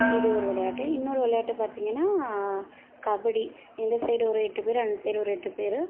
இது ஒரு விளையாட்டு இன்னொரு விளையாட்டு பார்த்தீங்கனா கபடி இந்த சைடு ஒரு எட்டு பேர் அந்த சைடு ஒரு எட்டு பேர்